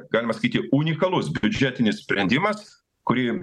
galima sakyti unikalus biudžetinis sprendimas kurį